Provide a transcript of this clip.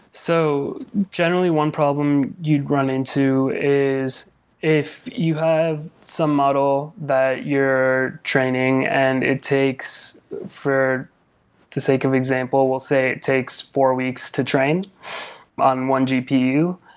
so generally, one problem you'd run into is if you have some model that you're training and it takes for the sake of example, we'll say it takes four weeks to train on one gpu.